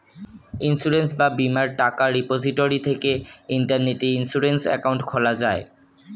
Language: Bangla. ইন্সুরেন্স বা বীমার টাকা রিপোজিটরি থেকে ইন্টারনেটে ইন্সুরেন্স অ্যাকাউন্ট খোলা যায়